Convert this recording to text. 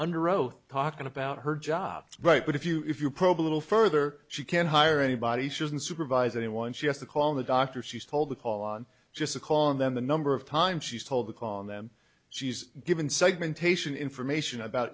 under oath talking about her job right but if you if you probe a little further she can hire anybody shouldn't supervise anyone she has to call the doctor she's told to call on just a call and then the number of times she's told to call them she's given segmentation information about